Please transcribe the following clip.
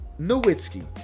Nowitzki